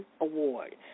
Award